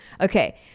Okay